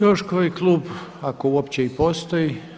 Još koji klub ako uopće i postoji?